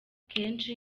kenshi